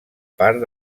part